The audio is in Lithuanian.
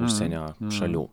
užsienio šalių